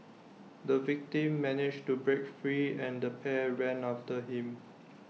the victim managed to break free and the pair ran after him